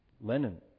Lenin